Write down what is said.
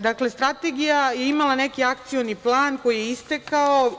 Dakle, strategija je imala neki akcioni plan koji je istekao.